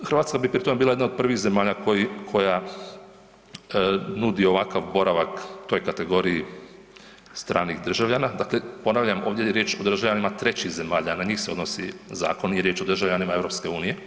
Hrvatska bi pri tom bila jedna od prvih zemalja koja nudi ovakav boravak toj kategoriji stranih državljana, dakle ponavljam ovdje je riječ o državljanima trećih zemalja na njih se odnosi zakon, nije riječ o državljanima EU.